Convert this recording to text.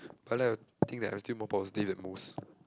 but I will think that I'm still more positive than most